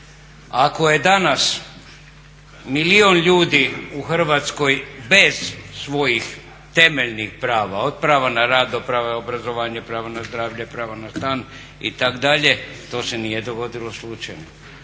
Ako je danas milijun ljudi u Hrvatskoj bez svojih temeljnih prava od prava na rad, obrazovanje, pravo na zdravlje, pravo na stan itd. to se nije dogodilo slučajno,